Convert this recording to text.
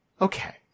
okay